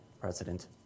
President